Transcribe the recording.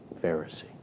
Pharisee